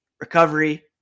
recovery